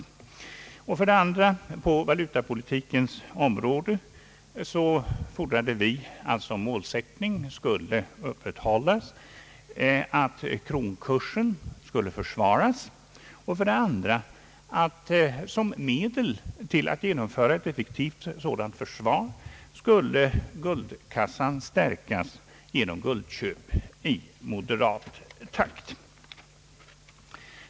För det tredje förordade vi att man på valutapolitikens område skulle ha som målsättning, att kronkursen skulle försvaras, och att som medel härför guldkassan skulle stärkas genom guldköp i moderat takt.